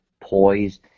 poise